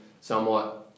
somewhat